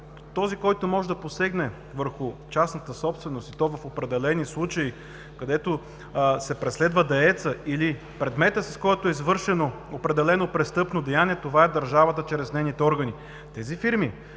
Този, който може да посегне върху частната собственост, и то в определени случаи, където се преследва деецът или предметът, с който е извършено определено престъпно деяние, това е държавата чрез нейните органи. Фирмите,